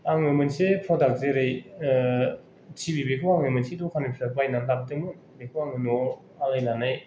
आं मोनसे प्रदाक्ट जेरै टिभि बेखौ आं मोनसे द'खाननिफ्राय बायनानै लाबोदोंमोन बेखौ आं न'आव आलायनानै